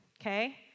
okay